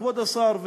כבוד השר,